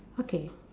okay